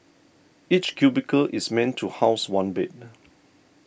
each cubicle is meant to house one bed